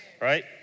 Right